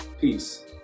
Peace